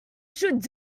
should